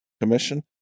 Commission